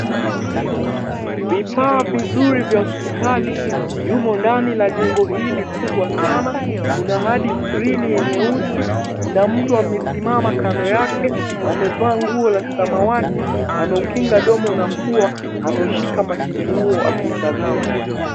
Vifaa vizuri vya hospitali, yumo ndani la jengo hili kubwa sana. Una hadi skrini nyeusi, na mtu amesimama kando yake amevaa nguo la samawati. Ameukinga domo na pua, ameushika mashine huo akiutazama.